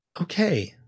okay